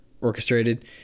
orchestrated